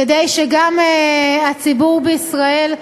כדי שגם הציבור בישראל,